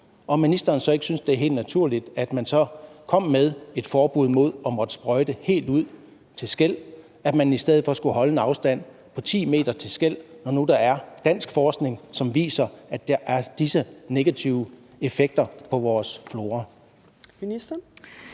ministeren så ikke, det var helt naturligt, at man kom med et forbud mod at sprøjte helt ud til skel, og at man i stedet skulle holde en afstand på 10 m til skel – altså når nu der er dansk forskning, som viser, at der er disse negative effekter på vores flora?